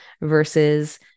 versus